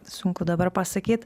sunku dabar pasakyt